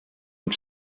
mit